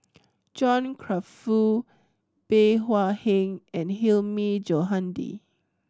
John Crawfurd Bey Hua Heng and Hilmi Johandi